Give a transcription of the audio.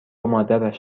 مادرش